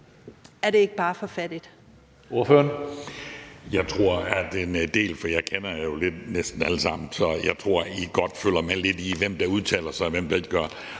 Er det ikke bare for fattigt?